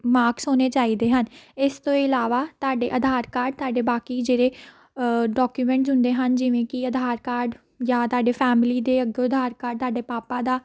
marks ਹੋਣੇ ਚਾਹੀਦੇ ਹਨ ਇਸ ਤੋਂ ਇਲਾਵਾ ਤੁਹਾਡੇ ਆਧਾਰ ਕਾਰਡ ਤੁਹਾਡੇ ਬਾਕੀ ਜਿਹੜੇ ਡਾਕੂਮੈਂਟ ਹੁੰਦੇ ਹਨ ਜਿਵੇਂ ਕਿ ਆਧਾਰ ਕਾਰਡ ਜਾ ਤੁਹਾਡੇ ਫੈਮਲੀ ਦੇ ਅੱਗੋਂ ਆਧਾਰ ਕਾਰਡ ਤੁਹਾਡੇ ਪਾਪਾ ਦਾ